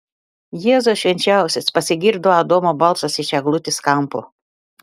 jėzau švenčiausias pasigirdo adamo balsas iš eglutės kampo